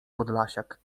podlasiak